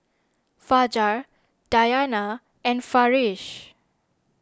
Fajar Dayana and Farish